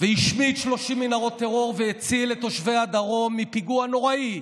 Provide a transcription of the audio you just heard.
והשמיד 30 מנהרות טרור והציל את תושבי הדרום מפיגוע נוראי.